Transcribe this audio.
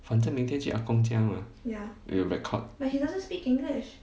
反正明天去阿公家吗 we will record